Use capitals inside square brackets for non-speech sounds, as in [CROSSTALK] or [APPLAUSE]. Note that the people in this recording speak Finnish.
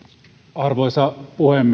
arvoisa puhemies [UNINTELLIGIBLE]